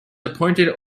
appointed